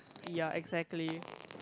ya exactly